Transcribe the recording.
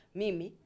mimi